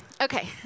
Okay